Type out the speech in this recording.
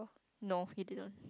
no you did not